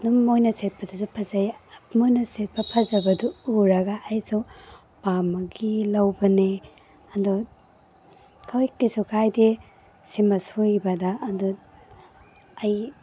ꯑꯗꯨꯝ ꯃꯈꯣꯏꯅ ꯁꯦꯠꯄꯗꯁꯨ ꯐꯖꯩ ꯃꯈꯣꯏꯅ ꯁꯦꯠꯄ ꯐꯖꯕꯗꯨ ꯎꯔꯒ ꯑꯩꯁꯨ ꯄꯥꯝꯕꯒꯤ ꯂꯧꯕꯅꯦ ꯑꯗꯨ ꯍꯣꯏ ꯀꯔꯤꯁꯨ ꯀꯥꯏꯗꯦ ꯁꯤꯃ ꯁꯣꯏꯕꯗ ꯑꯗꯨ ꯑꯩ